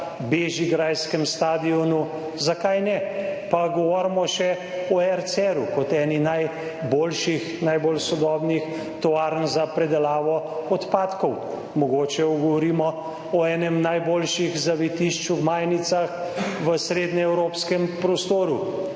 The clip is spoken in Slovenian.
bežigrajskem stadionu. Zakaj ne? Pa govorimo še o RCR-u kot eni najboljših, najbolj sodobnih tovarn za predelavo odpadkov, mogoče govorimo o enem najboljših zavetišč v Gmajnicah v srednjeevropskem prostoru,